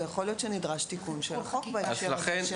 ויכול להיות שנדרש תיקון של החוק בהקשר הזה.